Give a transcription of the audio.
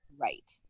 right